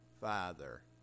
father